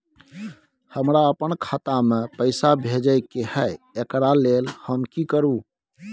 हमरा अपन खाता में पैसा भेजय के है, एकरा लेल हम की करू?